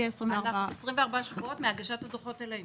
24 שבועות מהגשת הדוחות אלינו.